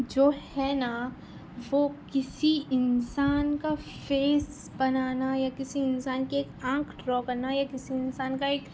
جو ہے نا وہ کسی انسان کا فیس بنانا یا کسی انسان کے آنکھ ڈرا کرنا یا کسی انسان کا ایک